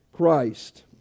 Christ